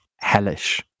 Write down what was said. hellish